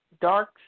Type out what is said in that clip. dark